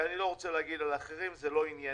ואני לא רוצה לדבר על אחרים, זה לא ענייני.